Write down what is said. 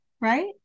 Right